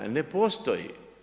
Ne postoji.